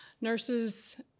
nurses